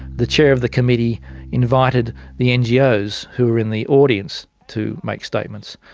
the chair of the committee invited the ngos who were in the audience to make statements,